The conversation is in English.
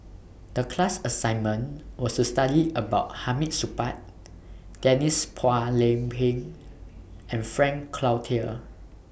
The class assignment was to study about Hamid Supaat Denise Phua Lay Peng and Frank Cloutier